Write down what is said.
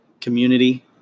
community